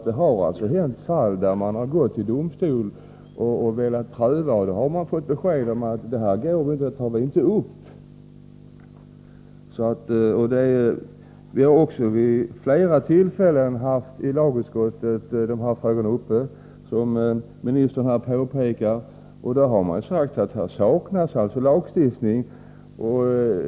Det har nämligen förekommit att man gått till domstol och velat pröva sådana här fall men då fått beskedet: Det går inte, vi tar inte upp sådana fall. Vi har, som justitieministern påpekar, vid flera tillfällen haft denna fråga uppe i lagutskottet. Det har därvid framkommit att lagstiftning saknas på detta område.